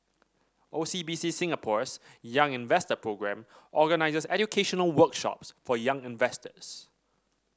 O C B C Singapore's Young Investor Programme organizes educational workshops for young investors